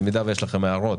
במידה ויש לכן הערות